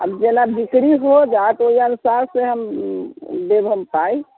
आब जेना बिक्री हो जाइत ओहि अनुसार से हम देब हम पाइ